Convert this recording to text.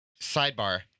Sidebar